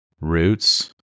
roots